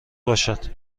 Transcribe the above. باشد